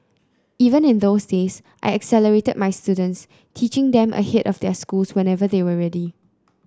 even in those days I accelerated my students teaching them ahead of their schools whenever they were ready